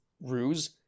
ruse